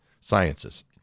sciences